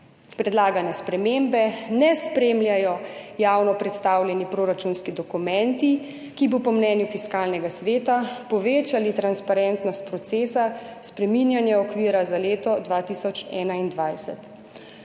Predlagane spremembe ne spremljajo javno predstavljeni proračunski dokumenti, ki bi po mnenju Fiskalnega sveta povečali transparentnost procesa spreminjanja okvira za leto 2021.